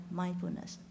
mindfulness